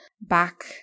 back